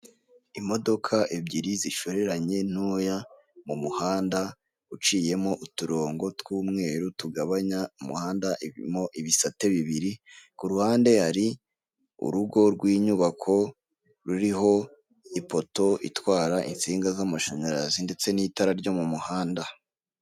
Imodoka ebyiri zishoreranye ntoya, mu muhanda uciyemo uturongo tw'umweru tugabanya umuhanda mo ibisate bibiri, ku ruhande hari urugo rw'inyubako ruriho ipoto itwara insinga z'amashanyarazi ndetse n'itara ryo mu muhanda.